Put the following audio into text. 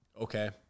okay